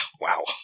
Wow